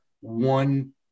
one